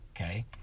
Okay